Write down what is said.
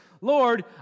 Lord